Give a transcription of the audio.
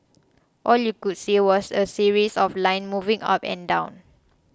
all you could see was a series of lines moving up and down